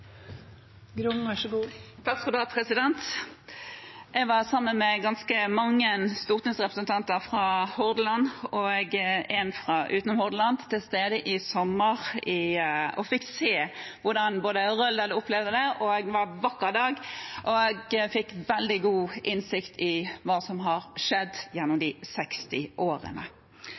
eit samkvem, så lenge me har nytte av krafta, noko som er vurdert til å vera nærast inn i æva. I sommer – det var en vakker dag – var jeg sammen med ganske mange stortingsrepresentanter fra Hordaland, og en fra utenom Hordaland. Vi var til stede i Røldal og fikk se hvordan de opplever dette, og vi fikk veldig god innsikt i hva som har skjedd